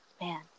man